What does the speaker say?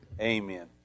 amen